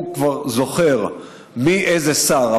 כבר זוכר מיהו איזה שר,